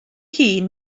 hun